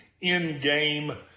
in-game